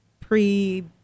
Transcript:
pre